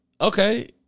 okay